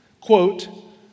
quote